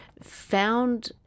found